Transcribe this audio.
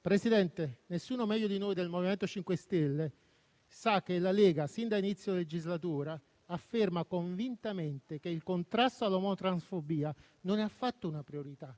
Presidente, nessuno meglio di noi del MoVimento 5 Stelle sa che la Lega, fin dall'inizio della legislatura, afferma convintamente che il contrasto all'omotransfobia non è affatto una priorità;